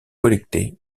collectées